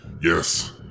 Yes